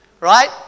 right